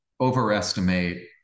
overestimate